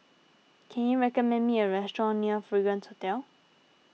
can you recommend me a restaurant near Fragrance Hotel